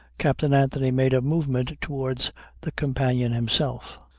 captain anthony made a movement towards the companion himself,